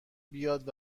بیاد